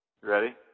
Ready